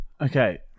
Okay